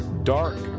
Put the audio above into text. dark